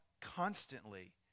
constantly